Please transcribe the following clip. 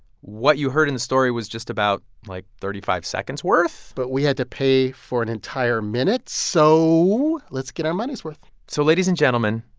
what you heard in the story was just about, like, thirty five seconds worth but we had to pay for an entire minute, so let's get our money's worth so ladies and gentlemen,